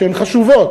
שהן חשובות,